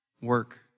work